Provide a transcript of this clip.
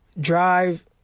drive